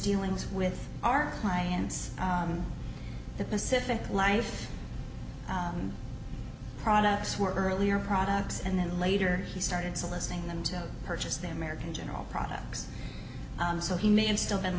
dealings with our clients at pacific life products were earlier products and then later he started soliciting them to purchase their merican general products so he may have still been